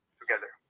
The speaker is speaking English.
together